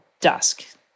dusk